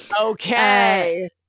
Okay